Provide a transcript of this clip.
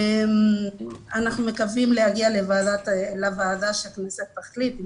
אנחנו מקווים להגיע לוועדה והכנסת תחליט אם